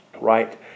right